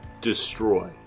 destroy